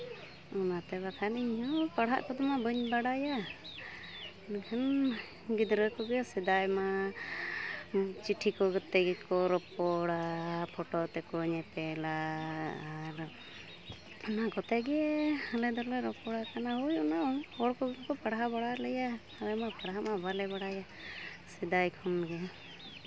ᱚᱱᱟᱛᱮ ᱵᱟᱠᱷᱟᱱ ᱤᱧᱦᱚᱸ ᱯᱟᱲᱦᱟᱜ ᱠᱚᱫᱚ ᱢᱟ ᱵᱟᱹᱧ ᱵᱟᱲᱟᱭᱟ ᱮᱱᱠᱷᱟᱱ ᱜᱤᱫᱽᱨᱟᱹ ᱠᱚᱜᱮ ᱥᱮᱫᱟᱭ ᱢᱟ ᱪᱤᱴᱷᱤ ᱠᱚ ᱛᱮᱜᱮ ᱠᱚ ᱨᱚᱯᱚᱲᱟ ᱟᱨ ᱯᱷᱳᱴᱳ ᱛᱮᱠᱚ ᱧᱮᱯᱮᱞᱟ ᱟᱨ ᱚᱱᱟ ᱠᱚᱛᱮᱜᱮ ᱟᱞᱮ ᱫᱚᱞᱮ ᱨᱚᱯᱚᱲᱟ ᱠᱟᱱᱟ ᱳᱭ ᱚᱱᱟ ᱦᱚᱲ ᱠᱚᱜᱮ ᱠᱚ ᱯᱟᱲᱦᱟᱣ ᱵᱟᱲᱟ ᱞᱮᱭᱟ ᱟᱞᱮ ᱢᱟ ᱯᱟᱲᱦᱟᱜ ᱢᱟ ᱵᱟᱞᱮ ᱵᱟᱲᱟᱭᱟ ᱥᱮᱫᱟᱭ ᱠᱷᱚᱱ ᱜᱮ